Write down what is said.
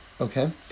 Okay